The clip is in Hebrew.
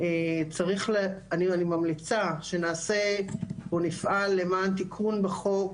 אני ממליצה שנעשה או נפעל למען תיקון בחוק,